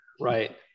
Right